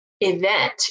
event